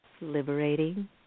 Liberating